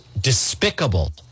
despicable